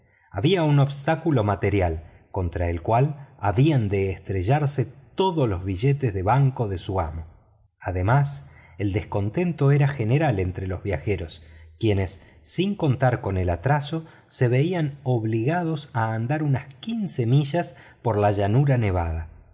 había un obstáculo material contra el cual habían de estrellarse todos los billetes de banco de su amo además el descontento era general entre los viajeros quienes sin contar con el atraso se veían obligados a andar unas quince millas por la llanura nevada